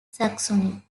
saxony